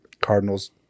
cardinals